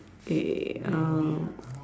it uh